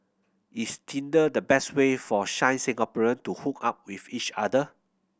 is Tinder the best way for shy Singaporean to hook up with each other